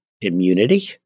immunity